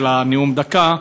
של הנאום בן דקה,